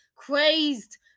crazed